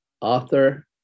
author